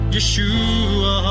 Yeshua